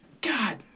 God